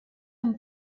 amb